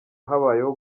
habayeho